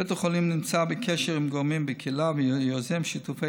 בית החולים נמצא בקשר עם גורמים בקהילה ויוזם שיתופי